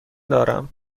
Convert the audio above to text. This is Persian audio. دارم